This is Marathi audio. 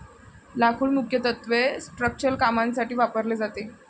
लाकूड मुख्यत्वे स्ट्रक्चरल कामांसाठी वापरले जाते